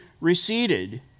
receded